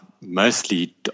mostly